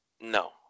No